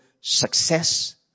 success